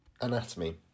Anatomy